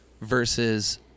versus